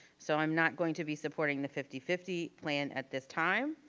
so i'm not going to be supporting the fifty fifty plan at this time.